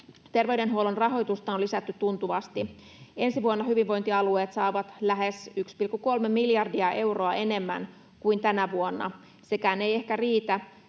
Terveydenhuollon rahoitusta on lisätty tuntuvasti. Ensi vuonna hyvinvointialueet saavat lähes 1,3 miljardia euroa enemmän kuin tänä vuonna. Sekään ei ehkä riitä.